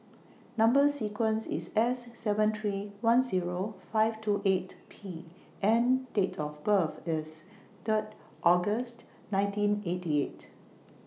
Number sequence IS S seven three one Zero five two eight P and Date of birth IS Third August nineteen eighty eight